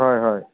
হয় হয়